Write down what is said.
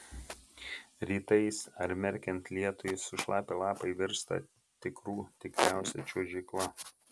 rytais ar merkiant lietui sušlapę lapai virsta tikrų tikriausia čiuožykla